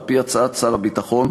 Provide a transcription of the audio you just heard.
על-פי הצעת שר הביטחון,